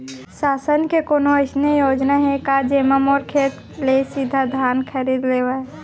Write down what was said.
शासन के कोनो अइसे योजना हे का, जेमा मोर खेत ले सीधा धान खरीद लेवय?